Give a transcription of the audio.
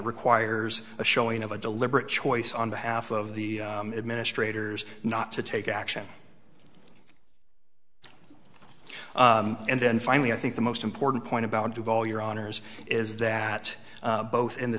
requires a showing of a deliberate choice on behalf of the administrators not to take action and then finally i think the most important point about to all your honors is that both in the